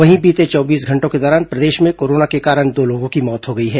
वहीं बीते चौबीस घंटों के दौरान प्रदेश में कोरोना के कारण दो लोगों की मौत हो गई है